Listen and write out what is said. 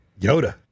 yoda